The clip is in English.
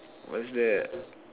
what's that